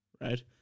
Right